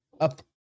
Up